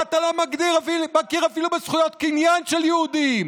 ואתה לא מכיר אפילו בזכויות קניין של יהודים.